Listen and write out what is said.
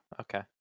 okay